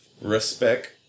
respect